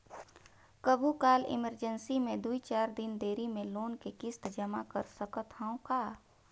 कभू काल इमरजेंसी मे दुई चार दिन देरी मे लोन के किस्त जमा कर सकत हवं का?